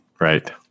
Right